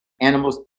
animals